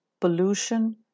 pollution